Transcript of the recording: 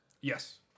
Yes